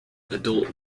adult